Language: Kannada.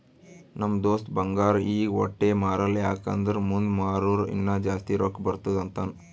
ನಮ್ ದೋಸ್ತ ಬಂಗಾರ್ ಈಗ ವಟ್ಟೆ ಮಾರಲ್ಲ ಯಾಕ್ ಅಂದುರ್ ಮುಂದ್ ಮಾರೂರ ಇನ್ನಾ ಜಾಸ್ತಿ ರೊಕ್ಕಾ ಬರ್ತುದ್ ಅಂತಾನ್